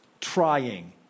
trying